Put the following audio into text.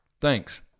Thanks